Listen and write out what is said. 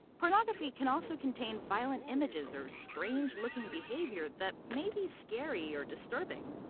pornography can also contain violent images or strange looking behavior that may be scary or disturbing.